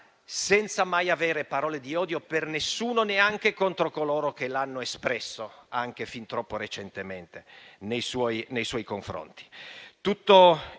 senza mai però avere parole di odio per nessuno, neanche contro coloro che l'hanno espresso, anche fin troppo recentemente, nei suoi confronti.